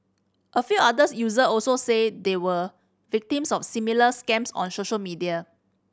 a few others user also said they were victims of similar scams on social media